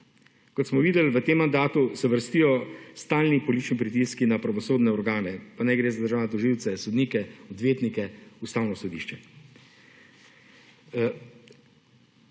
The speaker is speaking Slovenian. Kot smo videli v tem mandatu, se vrstijo stalni politični pritiski na pravosodne organe, pa naj gre za državne tožilce, sodnike, odvetnike, Ustavno sodišče.